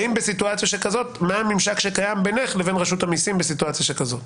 מה הממשק שקיים בינך לרשות המסים בסיטואציה שכזו?